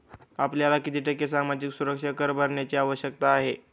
आपल्याला किती टक्के सामाजिक सुरक्षा कर भरण्याची आवश्यकता आहे?